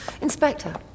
Inspector